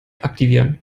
aktivieren